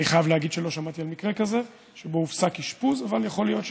אני חייב להגיד שלא שמעתי על מקרה כזה שבו הופסק אשפוז אבל יכול להיות,